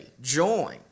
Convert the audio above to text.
join